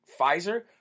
Pfizer